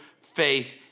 faith